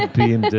billion